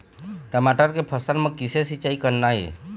टमाटर के फसल म किसे सिचाई करना ये?